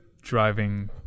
driving